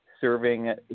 serving